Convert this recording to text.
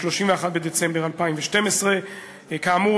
31 בדצמבר 2012. כאמור,